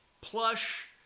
plush